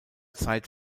zeit